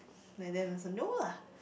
like then is a no lah